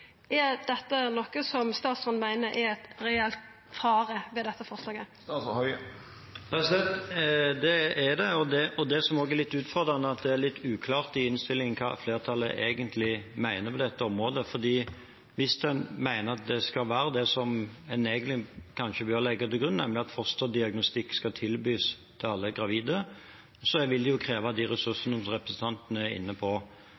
Er dette noko statsråden meiner er ein reell fare ved dette forslaget? Det er det, og det som også er litt utfordrende, er at det er litt uklart i innstillingen hva flertallet egentlig mener på dette området. For hvis en mener at det skal være slik som en kanskje egentlig bør legge til grunn, nemlig at fosterdiagnostikk skal tilbys alle gravide, vil jo det kreve de ressursene som representanten var inne på.